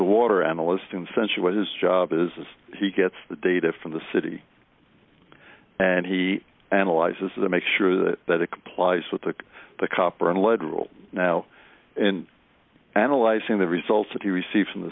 water analyst and censor what his job is he gets the data from the city and he analyzes that make sure that that it complies with the the copper and lead role now and analyzing the results that he received from the